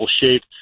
shape